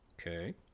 Okay